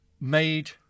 made